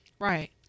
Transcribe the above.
Right